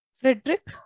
Frederick